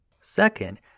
Second